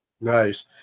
Nice